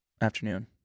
afternoon